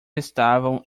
estavam